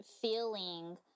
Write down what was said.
feeling